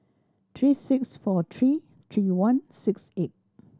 three six four three three one six eight